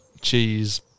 cheese